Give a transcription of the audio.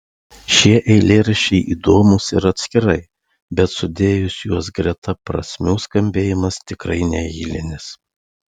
šie eilėraščiai įdomūs ir atskirai bet sudėjus juos greta prasmių skambėjimas tikrai neeilinis